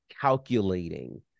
calculating